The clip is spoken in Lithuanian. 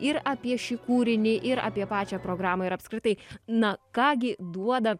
ir apie šį kūrinį ir apie pačią programą ir apskritai na ką gi duoda